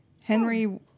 Henry